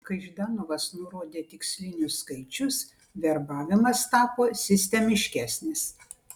kai ždanovas nurodė tikslinius skaičius verbavimas tapo sistemiškesnis